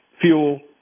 fuel